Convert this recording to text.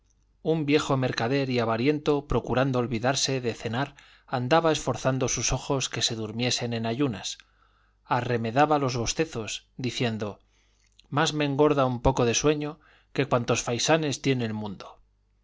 un viejo mercader y avariento procurando olvidarse de cenar andaba esforzando sus ojos que se durmiesen en ayunas arremedaba los bostezos diciendo más me engorda un poco de sueño que cuantos faisanes tiene el mundo